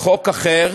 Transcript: חוק אחר